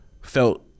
felt